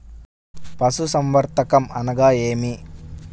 పశుసంవర్ధకం అనగా ఏమి?